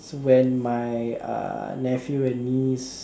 when my uh nephew and niece